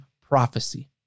prophecy